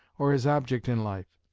or his object in life.